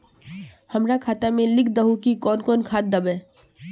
हमरा खाता में लिख दहु की कौन कौन खाद दबे?